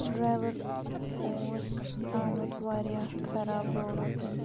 driver اوس آمُت واریاہ خراب روڈو کِنۍ